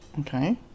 Okay